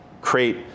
create